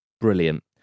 Brilliant